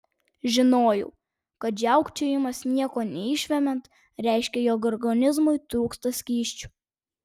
žinojau kad žiaukčiojimas nieko neišvemiant reiškia jog organizmui trūksta skysčių